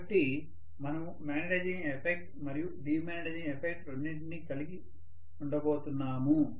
కాబట్టి మనము magnetising effect మరియు డీమాగ్నెటైజింగ్ ఎఫెక్ట్ రెండింటినీ కలిగి ఉండబోతున్నాము